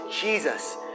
Jesus